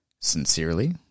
sincerely